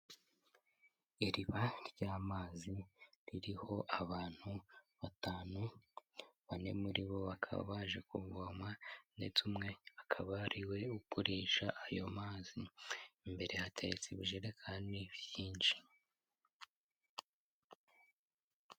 Iriba ry'amazi ririho abantu batanu, bane muri bo bakaba baje kuvoma ndetse umwe akaba ariwe ugurisha ayo mazi imbere ye hateretse ubujerekani bwinshi.